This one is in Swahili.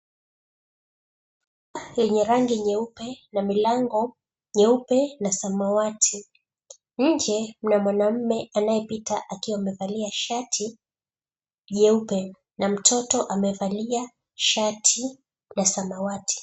Yenye rangi nyeupe na milango nyeupe na samawati. Nje, mna mwanamume anayepita akiwa amevalia shati jeupe na mtoto amevalia shati la samawati.